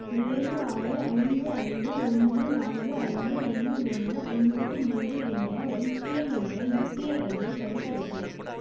ஏழு ஆறு ஐந்து ஐந்து ஒன்கு நான்கு ஐந்து ஒன்று ஒன்று ஒன்பது மூன்று என்ற ஒய்பிஎல் என்ற யுபிஐ ஐடியை தடுத்து வைக்கவும்